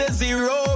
zero